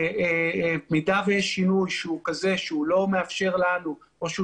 במידה ויש שינוי שלא מאפשר לנו או שהוא